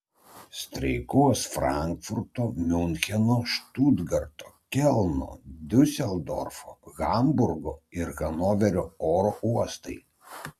streikuos frankfurto miuncheno štutgarto kelno diuseldorfo hamburgo ir hanoverio oro uostai